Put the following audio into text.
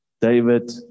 David